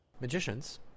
Magicians